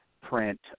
print